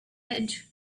edge